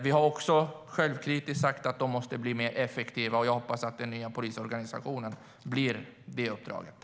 Vi har också självkritiskt sagt att polisen måste bli mer effektiv, och jag hoppas att den nya polisorganisationen ska bidra till det.